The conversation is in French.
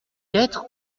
être